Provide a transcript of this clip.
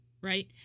Right